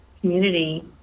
community